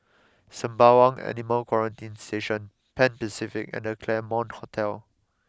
Sembawang Animal Quarantine Station Pan Pacific and The Claremont Hotel